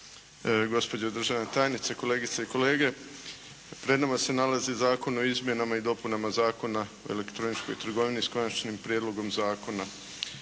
gospođo državna tajnice, kolegice i kolege. Pred nama se nalazi Zakon o izmjenama i dopunama Zakona o elektroničkoj trgovini, s Konačnim prijedlogom zakona.